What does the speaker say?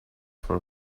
for